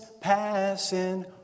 passing